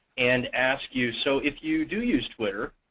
and ask you so if you do use twitter,